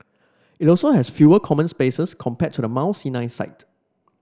it also has fewer common spaces compared to the Mount Sinai site